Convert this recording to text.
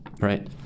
Right